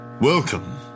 welcome